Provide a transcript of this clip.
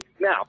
now